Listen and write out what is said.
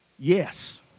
Yes